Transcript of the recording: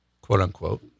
quote-unquote